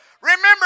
Remember